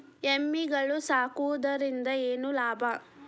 ಎಮ್ಮಿಗಳು ಸಾಕುವುದರಿಂದ ಏನು ಲಾಭ?